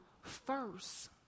first